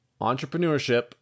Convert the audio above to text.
Entrepreneurship